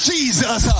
Jesus